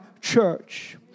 church